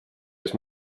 ees